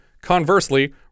conversely